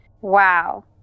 Wow